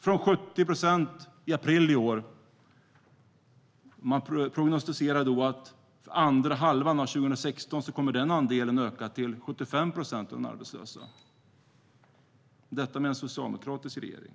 Den var 70 procent i april i år, och för andra halvan av 2016 prognostiserar man att den andelen kommer att öka till 75 procent av de arbetslösa. Detta sker alltså med en socialdemokratisk regering.